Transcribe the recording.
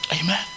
Amen